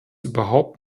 überhaupt